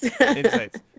Insights